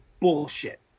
bullshit